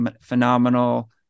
Phenomenal